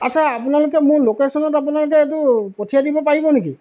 আচ্ছা আপোনালোকে মোৰ লোকেশ্যনত আপোনালোকে এইটো পঠিয়াই দিব পাৰিব নেকি